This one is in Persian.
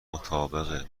مطابق